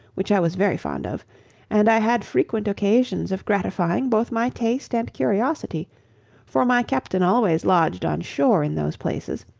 which i was very fond of and i had frequent occasions of gratifying both my taste and curiosity for my captain always lodged on shore in those places,